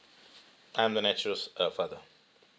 I'm the naturals uh father